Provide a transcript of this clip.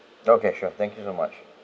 okay sure thank you so much